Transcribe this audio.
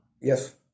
Yes